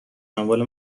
اموال